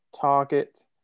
Target